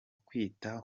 kwita